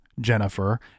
Jennifer